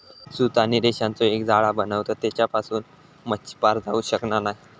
सूत आणि रेशांचो एक जाळा बनवतत तेच्यासून मच्छी पार जाऊ शकना नाय